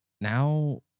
now